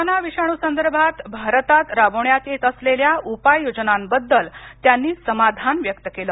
corona विषाणू संदर्भात भारतात राबवण्यात येत असलेल्या उपाय योजनांबद्दल त्यांनी समाधान व्यक्त केलं